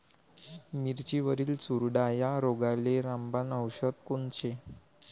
मिरचीवरील चुरडा या रोगाले रामबाण औषध कोनचे?